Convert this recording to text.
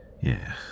Yeah